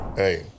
hey